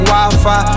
Wi-Fi